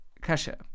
Kasha